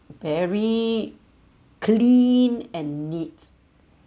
very clean and neat